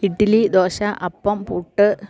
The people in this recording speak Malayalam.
ഇഡലി ദോശ അപ്പം പുട്ട്